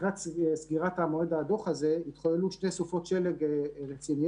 לקראת סגירת מועד הדוח הזה התחוללו שתי סופות שלג רציניות,